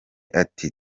ati